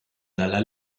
dalla